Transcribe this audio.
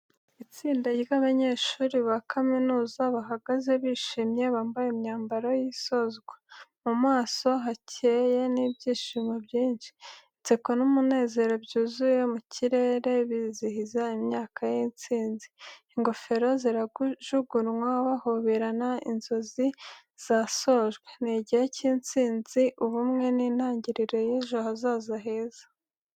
Itsinda ry'abanyeshuri ba kaminuza bahagaze bishimye bambaye imyambaro y’isozwa, mu maso hakeye n’ibyishimo byinshi. Inseko n’umunezero byuzuye mu kirere bizihiza imyaka y’intsinzi. Ingofero zirajugunywa, bahoberana, inzozi zasojwe. Ni igihe cy’intsinzi, ubumwe, n’intangiriro y’ejo hazaza heza.